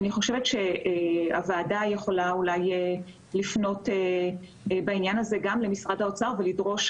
אני חושבת שהוועדה יכול לפנות בעניין הזה גם למשרד האוצר ולדרוש,